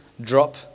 drop